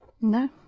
no